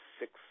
six